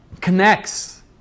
connects